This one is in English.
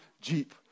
jeep